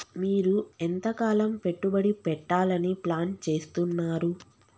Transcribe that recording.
మీరు ఎంతకాలం పెట్టుబడి పెట్టాలని ప్లాన్ చేస్తున్నారు?